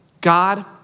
God